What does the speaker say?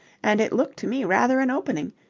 and it looked to me rather an opening.